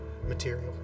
material